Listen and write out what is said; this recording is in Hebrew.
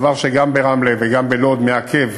דבר שגם ברמלה וגם בלוד מעכב